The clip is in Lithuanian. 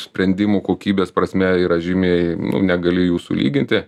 sprendimų kokybės prasme yra žymiai nu negali jų sulyginti